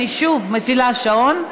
אני שוב מפעילה שעון,